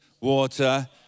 water